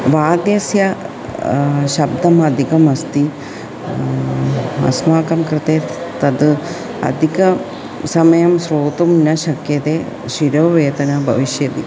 वाद्यस्य शब्दम् अधिकम् अस्ति अस्माकं कृते तत् अधिकसमयं श्रोतुं न शक्यते शिरोवेदना भविष्यति